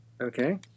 Okay